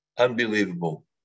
unbelievable